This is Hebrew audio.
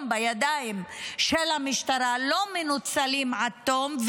בידיים של המשטרה לא מנוצלים עד תום.